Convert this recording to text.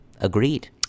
Agreed